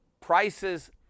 prices